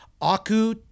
Aku